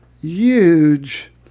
huge